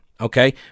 okay